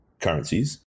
currencies